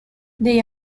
they